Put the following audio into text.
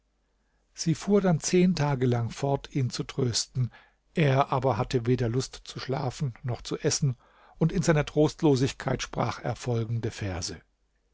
sie fuhr dann zehn tage lang fort ihn zu trösten er aber hatte weder lust zu schlafen noch zu essen und in seiner trostlosigkeit sprach er folgende verse